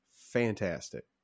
fantastic